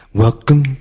Welcome